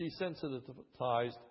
desensitized